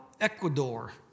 Ecuador